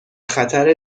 خطر